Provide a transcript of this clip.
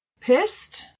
pissed